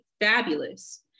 fabulous